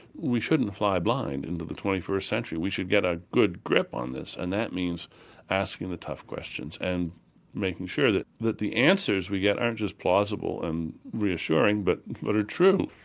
we shouldn't fly blind into the twenty first century, we should get a good grip on this, and that means asking the tough questions and making sure that that the answers we get aren't just plausible and reassuring but but are true.